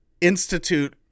institute